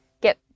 get